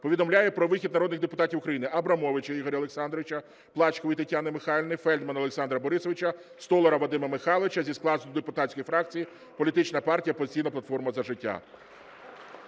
повідомляю про вихід народних депутатів України: Абрамовича Ігоря Олександровича, Плачкової Тетяни Михайлівни, Фельдмана Олександра Борисовича, Столара Вадима Михайловича зі складу депутатської фракції політичної партії "Опозиційна платформа – За життя".